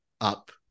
up